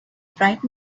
bright